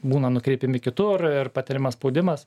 būna nukreipiami kitur ir patiriamas spaudimas